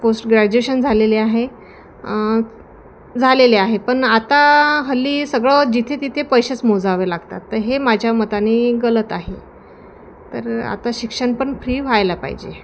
post graduation झालेले आहे झालेले आहे पण आता हल्ली सगळं जिथे तिथे पैसेच मोजावे लागतात तर हे माझ्या मताने गलत आहे तर आता शिक्षण पण फ्री व्हायला पाहिजे